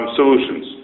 solutions